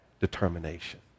determination